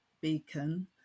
beacon